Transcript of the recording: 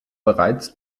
bereits